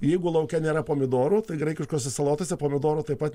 jeigu lauke nėra pomidorų tai graikiškose salotose pomidorų taip pat